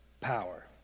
power